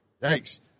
Thanks